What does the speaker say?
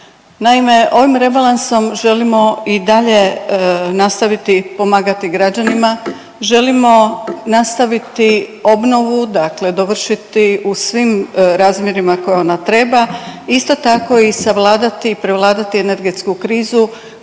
Naime, ovim rebalansom želimo i dalje nastaviti pomagati građanima, želimo nastaviti obnovu, dakle dovršiti u svim razmjerima koje ona treba. Isto tako i savladati, prevladati energetsku krizu